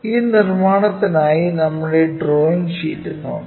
ഈ നിർമ്മാണത്തിനായി നമ്മുടെ ഡ്രോയിംഗ് ഷീറ്റ് നോക്കാം